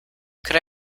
could